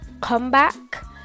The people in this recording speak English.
comeback